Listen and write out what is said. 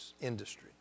industry